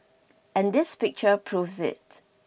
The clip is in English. and this picture proves it